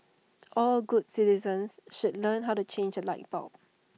all good citizens should learn how to change A light bulb